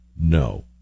no